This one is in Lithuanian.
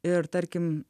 ir tarkim